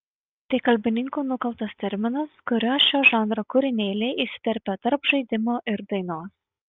tai kalbininkų nukaltas terminas kuriuo šio žanro kūrinėliai įsiterpia tarp žaidimo ir dainos